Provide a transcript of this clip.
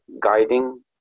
guiding